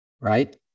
Right